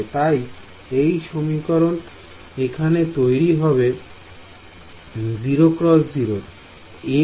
তাই এই সমীকরণ এখানে তৈরি হবে 0 x 0